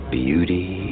beauty